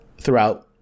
throughout –